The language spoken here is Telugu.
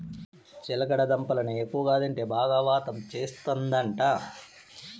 చిలకడ దుంపల్ని ఎక్కువగా తింటే బాగా వాతం చేస్తందట